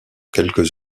quelques